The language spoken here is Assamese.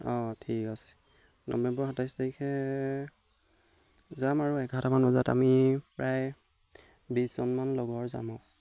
অঁ ঠিক আছে নৱেম্বৰৰ সাতাইছ তাৰিখে যাম আৰু এঘাৰটামান বজাত আমি প্ৰায় বিছজনমান লগৰ যাম